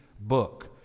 book